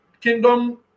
kingdom